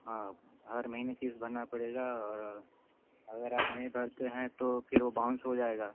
हाँ हर महीने किश्त भरना पड़ेगा और अगर आप नहीं भरते हैं तो फिर वो बाउंस हो जाएगा